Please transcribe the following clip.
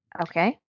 Okay